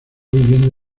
viviendo